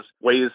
ways